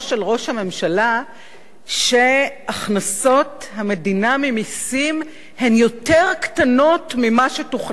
הממשלה שהכנסות המדינה ממסים קטנות ממה שתוכנן.